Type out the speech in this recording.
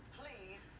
please